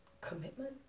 commitment